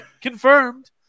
confirmed